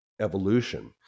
evolution